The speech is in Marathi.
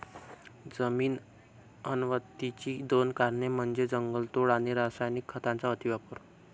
जमीन अवनतीची दोन कारणे म्हणजे जंगलतोड आणि रासायनिक खतांचा अतिवापर